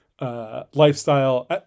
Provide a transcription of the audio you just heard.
lifestyle